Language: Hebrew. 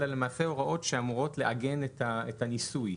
אלא למעשה הוראות שאמורות לעגן את הניסוי.